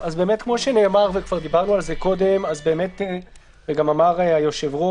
אני מדבר, אם יש לך רק 5,000 כרגע,